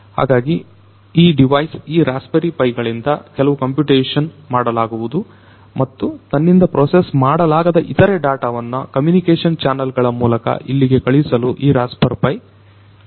ಹಾಗಾಗಿ ಈ ಡಿವೈಸ್ ಈ ರಸ್ಪಿಬೆರಿ ಪೈಗಳಿಂದ ಕೆಲವು ಕಂಪ್ಯೂಟೇಶನ್ ಮಾಡಲಾಗುವುದು ಮತ್ತು ತನ್ನಿಂದ ಪ್ರೋಸೆಸ್ ಮಾಡಲಾಗದ ಇತರೆ ಡಾಟಾವನ್ನು ಕಮ್ಯುನಿಕೇಶನ್ ಚಾನಲ್ ಗಳ ಮೂಲಕ ಇಲ್ಲಿಗೆ ಕಳುಹಿಸಲು ಈ ರಸ್ಪಿಬೆರಿ ಪೈ ಸಹಾಯಮಾಡುತ್ತದೆ